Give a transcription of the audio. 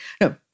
No